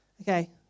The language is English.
Okay